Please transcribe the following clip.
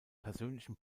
persönlichen